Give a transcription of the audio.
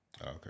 Okay